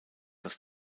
das